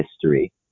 history